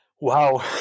Wow